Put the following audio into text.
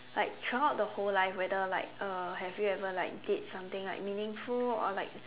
like throughout the whole life whether like uh have you ever like did something like meaningful or like